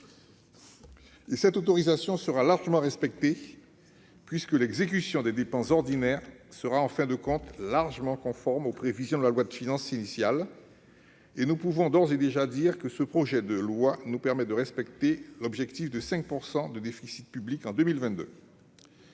Cette autorisation sera amplement respectée, puisque l'exécution des dépenses ordinaires sera, en fin de compte, largement conforme aux prévisions de la loi de finances initiale. Nous pouvons d'ores et déjà dire que ce projet de loi de finances rectificative nous permet de respecter l'objectif de 5 % de déficit public en 2022.